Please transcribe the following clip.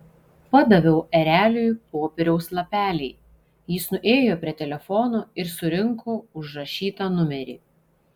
padaviau ereliui popieriaus lapelį jis nuėjo prie telefono ir surinko užrašytą numerį